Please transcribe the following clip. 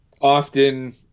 often